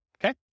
Okay